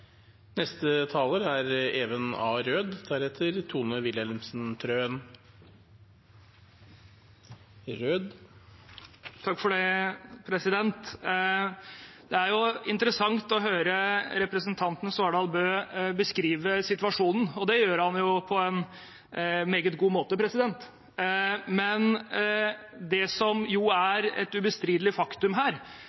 er interessant å høre representanten Svardal Bøe beskrive situasjonen. Det gjør han på en meget god måte, men det som er